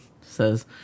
says